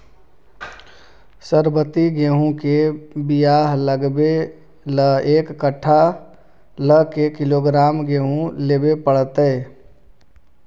सरबति गेहूँ के बियाह लगबे ल एक कट्ठा ल के किलोग्राम गेहूं लेबे पड़तै?